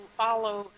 follow